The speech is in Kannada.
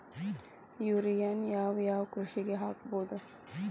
ಯೂರಿಯಾನ ಯಾವ್ ಯಾವ್ ಕೃಷಿಗ ಹಾಕ್ಬೋದ?